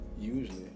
usually